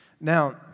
Now